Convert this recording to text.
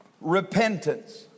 repentance